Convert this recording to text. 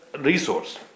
resource